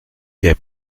est